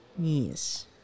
Yes